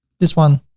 this one.